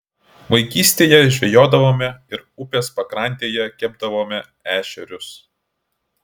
vaikystėje žvejodavome ir upės pakrantėje kepdavome ešerius